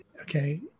Okay